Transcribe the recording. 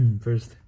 first